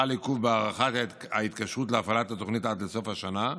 חל עיכוב בהארכת ההתקשרות להפעלת התוכנית עד לסוף השנה.